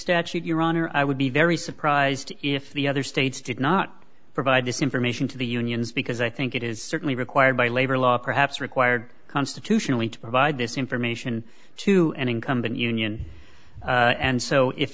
statute your honor i would be very surprised if the other states did not provide this information to the unions because i think it is certainly required by labor law perhaps required constitutionally to provide this information to an incumbent union and so if